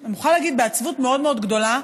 אני מוכרחה להגיד, בעצבות מאוד מאוד גדולה.